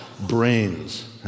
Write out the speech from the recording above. brains